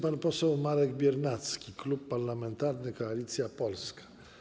Pan poseł Marek Biernacki, Klub Parlamentarny Koalicja Polska.